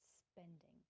spending